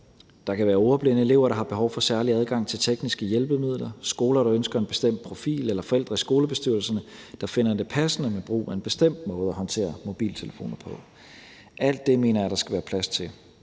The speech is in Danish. Der kan være ordblinde elever, der har behov for særlig adgang til tekniske hjælpemidler, skoler, der ønsker en bestemt profil, eller forældre i skolebestyrelserne, der finder det passende med en bestemt måde at håndtere mobiltelefoner på. Alt det mener jeg der skal være plads til.